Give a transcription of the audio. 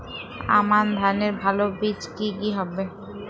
আমান ধানের ভালো বীজ কি কি হবে?